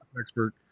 expert